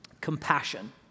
compassion